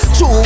Two